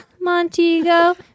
Montego